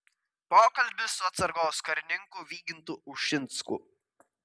pokalbis su atsargos karininku vygintu ušinsku